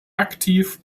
aktiv